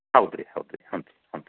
ಹೌದುರೀ ಹೌದುರೀ ಹ್ಞೂ ರೀ ಹ್ಞೂ ರೀ